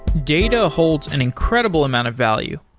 data holds an incredible amount of value,